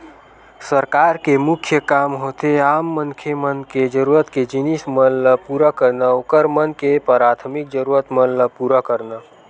सरकार के मुख्य काम होथे आम मनखे मन के जरुरत के जिनिस मन ल पुरा करना, ओखर मन के पराथमिक जरुरत मन ल पुरा करना